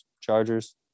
Chargers